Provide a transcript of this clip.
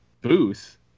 booth